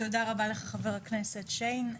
תודה רבה לך חבר הכנסת שיין.